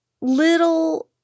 little